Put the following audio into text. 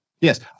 Yes